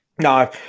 No